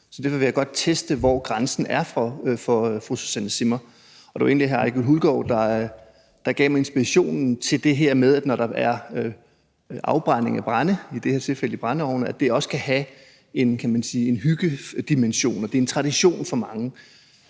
Så derfor vil jeg gerne teste, hvor grænsen er for fru Susanne Zimmer. Og det var egentlig hr. Egil Hulgaard, der gav mig inspirationen til det her med, når der er afbrænding af brænde, i det her tilfælde i brændeovnene, at det så også kan have en hyggedimension, og at det er en tradition for mange.